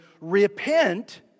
repent